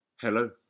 Hello